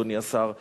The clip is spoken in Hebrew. אדוני השר.